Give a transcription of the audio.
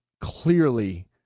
clearly